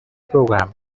program